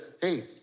hey